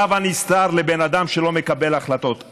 רב הנסתר לבן אדם שלא מקבל החלטות.